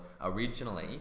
originally